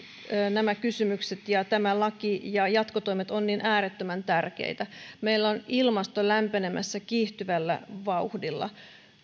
nämä kysymykset ja tämä laki ja jatkotoimet ovat niin äärettömän tärkeitä meillä on ilmasto lämpenemässä kiihtyvällä vauhdilla